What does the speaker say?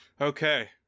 Okay